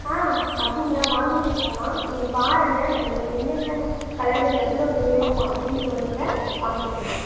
ஆ அப் அப்படிங்களா வாங்கிலாங்கம்மா நீங்கள் பாருங்கள் உங்களுக்கு என்னென்ன கலரில் எவ்வளோ வேணும் அப்படின்னு சொல்லுங்கள் வாங்கிக்கலாம்